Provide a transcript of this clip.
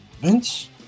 Vince